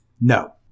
No